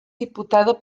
diputada